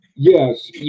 Yes